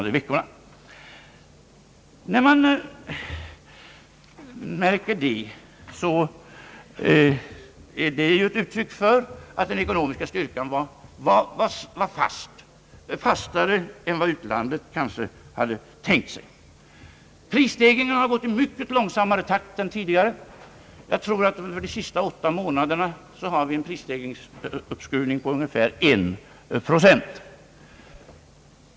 Vårt handlande vid punddevalveringen och de andra devalveringarna utomlands är, upprepar jag, ett uttryck för att vår ekonomiska styrka var fast, fastare än vad utlandet kanske hade tänkt sig. Prisstegringen har gått i mycket långsammare takt än tidigare. Jag tror att vi under de sista åtta månaderna har en prisstegring på ungefär en procent.